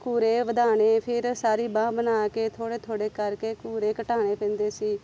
ਘੂਰੇ ਵਧਾਉਣੇ ਫਿਰ ਸਾਰੀ ਬਾਂਹ ਬਣਾ ਕੇ ਥੋੜ੍ਹੇ ਥੋੜ੍ਹੇ ਕਰਕੇ ਘੂਰੇ ਘਟਾਉਣੇ ਪੈਂਦੇ ਸੀ